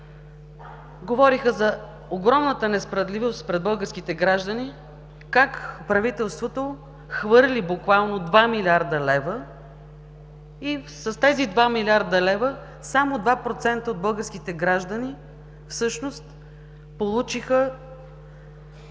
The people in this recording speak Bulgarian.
говориха за огромната несправедливост пред българските граждани – как правителството буквално хвърли 2 млрд. лв. и с тези 2 млрд. лв. само 2% от българските граждани всъщност получиха